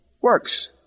works